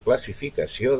classificació